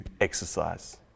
exercise